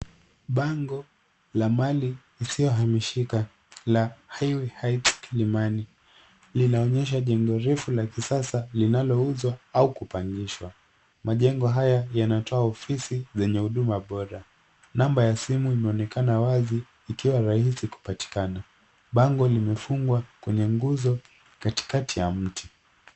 Bango la mali isiyohamishika la Highway Heights Kilimani. Linaonyesha jengo refu la kisasa linalouzwa au kupangishwa. Majengo haya yanatoa ofisi yenye huduma bora. Namba ya simu imeonekana wazi ikiwa rahisi kupatikana. Bango limefungwa kwenye nguzo katikati ya mti.